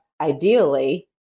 ideally